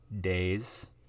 Days